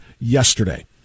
yesterday